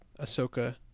Ahsoka